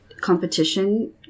competition